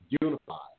unified